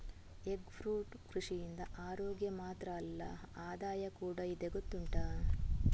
egg fruit ಕೃಷಿಯಿಂದ ಅರೋಗ್ಯ ಮಾತ್ರ ಅಲ್ಲ ಆದಾಯ ಕೂಡಾ ಇದೆ ಗೊತ್ತುಂಟಾ